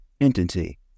entity